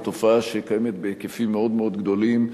היא קיימת בהיקפים מאוד מאוד גדולים,